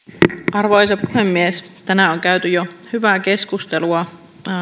puhemies tänään on jo käyty hyvää keskustelua